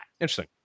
Interesting